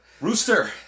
Rooster